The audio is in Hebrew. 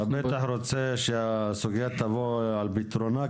אתה בטח רוצה שהסוגיה תבוא על פתרונה,